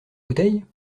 bouteille